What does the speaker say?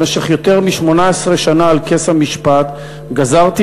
במשך יותר מ-18 שנה על כס המשפט גזרתי